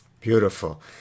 Beautiful